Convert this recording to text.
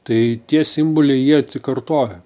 tai tie simboliai jie atsikartoja